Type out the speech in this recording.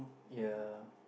ya